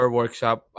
workshop